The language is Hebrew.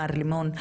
מר לימון,